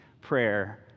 prayer